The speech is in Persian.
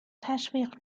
تشویق